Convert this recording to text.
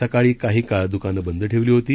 सकाळी काही काळ दुकानं बंद ठेवली होती